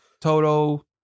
Toto